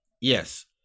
yes